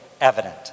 evident